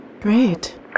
Great